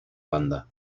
banda